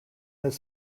his